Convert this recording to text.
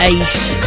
ace